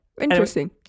interesting